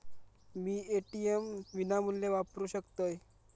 मी ATM विनामूल्य वापरू शकतय?